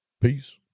Peace